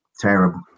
Terrible